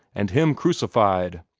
and him crucified!